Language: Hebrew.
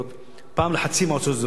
פעם לחצי מועצות אזוריות,